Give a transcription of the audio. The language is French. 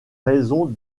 raison